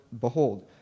behold